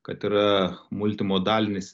kad yra multimodalinis